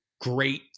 great